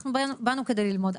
אנחנו באנו כדי ללמוד.